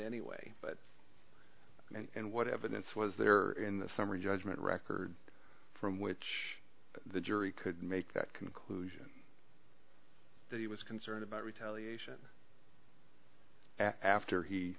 anyway but and what evidence was there in the summary judgment record from which the jury could make that conclusion that he was concerned about retaliation after he